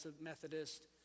Methodist